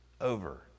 over